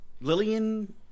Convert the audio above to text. Lillian